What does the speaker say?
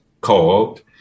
called